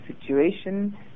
situation